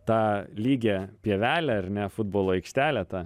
tą lygią pievelę ar ne futbolo aikštelę tą